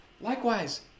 Likewise